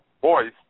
voice